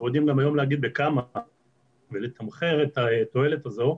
גם יודעים היום להגיד בכמה ולתמחר את התועלת הזו,